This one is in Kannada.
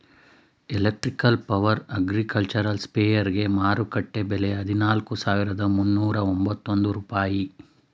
ಎಲೆಕ್ಟ್ರಿಕ್ ಪವರ್ ಅಗ್ರಿಕಲ್ಚರಲ್ ಸ್ಪ್ರೆಯರ್ಗೆ ಮಾರುಕಟ್ಟೆ ಬೆಲೆ ಹದಿನಾಲ್ಕು ಸಾವಿರದ ಮುನ್ನೂರ ಎಂಬತ್ತೊಂದು ರೂಪಾಯಿ